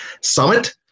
Summit